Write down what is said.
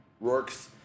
Rourke's